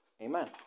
Amen